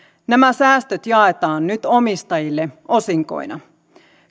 nämä säästöt jaetaan nyt omistajille osinkoina